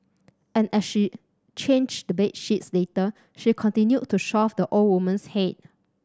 and as she changed the bed sheets later she continued to shove the old woman's head